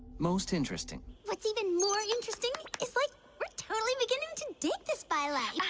most interesting what's even more interesting. it's like we're totally beginning to dig this byline, yeah